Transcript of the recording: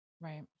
Right